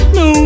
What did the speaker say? no